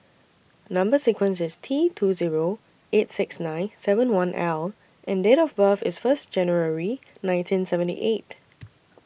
Number sequence IS T two Zero eight six nine seven one L and Date of birth IS First January nineteen seventy eight